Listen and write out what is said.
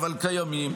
אבל קיימים,